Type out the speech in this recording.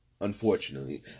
unfortunately